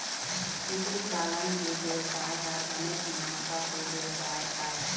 कुकरी पालन के बेवसाय ह बनेच मुनाफा के बेवसाय आय